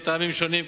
מטעמים שונים,